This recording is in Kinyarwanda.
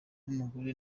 n’umugabo